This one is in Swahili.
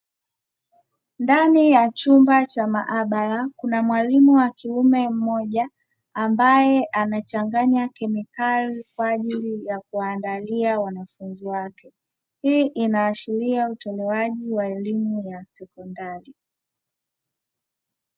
Ndani ya chumba cha maabara kuna mwalimu wa kiume mmoja ambaye anachanganya kemikali kwaajili ya kuwaandalia wanafunzi wake. Hii inaashiria utumiaji wa elimu ya sekondari.